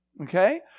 Okay